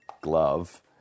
glove